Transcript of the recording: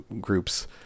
groups